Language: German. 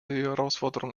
herausforderung